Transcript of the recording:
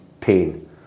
pain